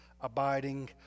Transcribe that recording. abiding